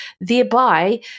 thereby